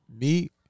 me-